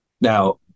Now